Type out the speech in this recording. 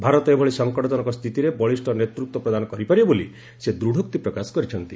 ଭାରତ ଏଭଳି ସଂକଟଜନକ ସ୍ଥିତିରେ ବଳିଷ୍ଠ ନେତୃତ୍ୱ ପ୍ରଦାନ କରିପାରିବ ବୋଲି ସେ ଦୃଢ଼ୋକ୍ତି ପ୍ରକାଶ କରିଛନ୍ତି